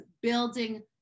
building